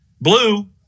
Blue